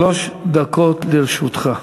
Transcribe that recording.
שלוש דקות לרשותך.